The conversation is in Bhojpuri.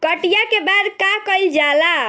कटिया के बाद का कइल जाला?